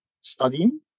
studying